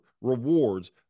rewards